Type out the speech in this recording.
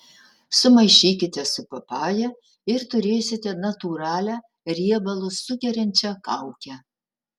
sumaišykite su papaja ir turėsite natūralią riebalus sugeriančią kaukę